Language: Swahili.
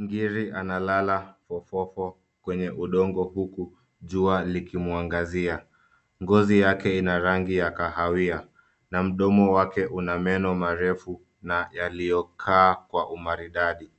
Ngiri analala fofofo kwenye udongo huku jua likimwangazia. Ngozi yake ina rangi ya kahawia na mdomo wake una meno marefu na yaliyokaa kwa umaridadi.